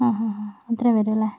അത്രയെ വരൂ അല്ലെ